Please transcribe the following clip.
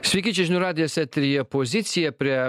sveiki čia žinių radijas eteryje pozicija prie